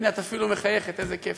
הנה, את אפילו מחייכת, איזה כיף.